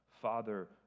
Father